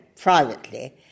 privately